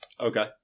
Okay